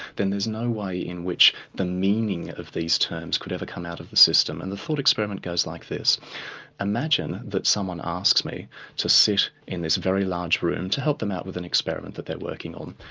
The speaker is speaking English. then there's no way in which the meaning of these terms could ever come out of the system. and the thought experiment goes like this imagine that someone asks me to sit in this very large room to help them out with an experiment that they're working on.